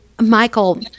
michael